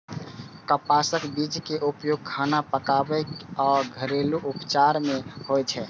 कपासक बीज के उपयोग खाना पकाबै आ घरेलू उपचार मे होइ छै